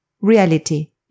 Reality